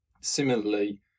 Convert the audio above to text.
Similarly